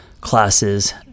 classes